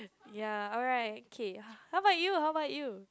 ya alright okay how about you how about you